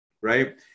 Right